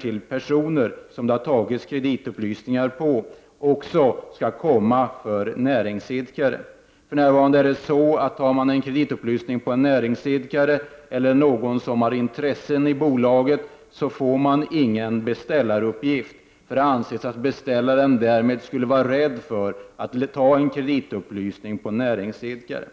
till personer som det har tagits kreditupplysning på, också skall skickas till näringsidkare. För närvarande är det så, att har det tagits kreditupplysning på en näringsidkare eller någon som har intresse i bolaget får vederbörande ingen beställaruppgift. Man anser att beställaren skulle vara rädd att ta en kreditupplysning på näringsidkare.